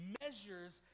measures